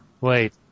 Wait